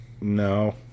no